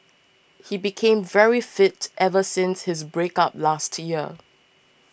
he became very fit ever since his breakup last year